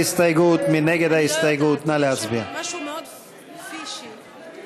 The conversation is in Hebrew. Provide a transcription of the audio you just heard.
ההסתייגות של קבוצת סיעת המחנה הציוני (יואל חסון) לסעיף תקציבי 70,